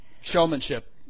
showmanship